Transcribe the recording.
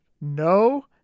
No